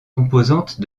composantes